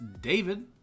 David